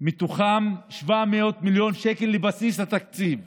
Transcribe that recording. מתוכם 700 מיליון שקל לבסיס התקציב